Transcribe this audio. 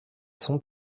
son